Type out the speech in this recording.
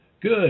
Good